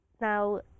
Now